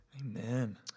Amen